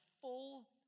full